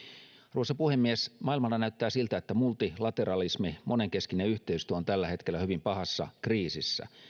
arvoisa puhemies maailmalla näyttää siltä että multilateralismi monenkeskinen yhteistyö on tällä hetkellä hyvin pahassa kriisissä